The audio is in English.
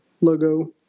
logo